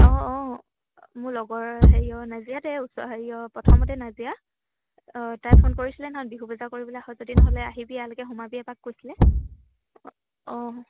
অঁ অঁ মোৰ লগৰ হেৰিও নাজিৰাতে ওচৰ হেৰিয়ৰ প্ৰথমতে নাাজিয়া অঁ তাই ফোন কৰিছিলে নহয় বিহু বজাৰ কৰিবলৈ আহ যদি নহ'লে আহিবি ইয়ালৈকে সোমাবি এপাক কৈছিলে অঁ